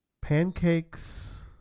Pancakes